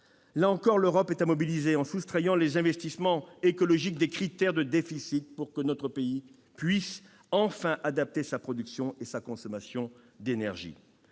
Là encore, l'Europe est à mobiliser, en soustrayant les investissements écologiques des critères de déficit pour que notre pays puisse, enfin, adapter sa production et sa consommation d'énergie.